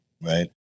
Right